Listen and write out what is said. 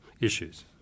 issues